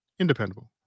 Independable